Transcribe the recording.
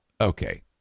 okay